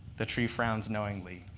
the tree frowns knowingly.